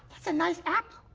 that's a nice apple.